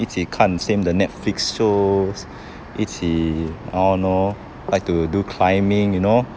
一起看 same the netflix show 一起 I don't know like to do climbing you know